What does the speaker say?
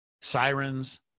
sirens